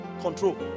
Control